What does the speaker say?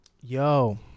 Yo